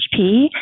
HP